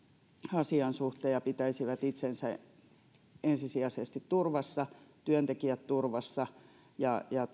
asian suhteen ja pitäisivät itsensä ensisijaisesti turvassa työntekijät turvassa ja ja